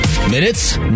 Minutes